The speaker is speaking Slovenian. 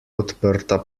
odprta